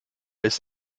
ist